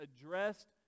addressed